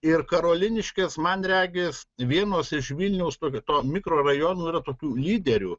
ir karoliniškės man regis vienos iš vilniaus tokio to mikrorajonų yra tokių lyderių